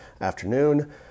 afternoon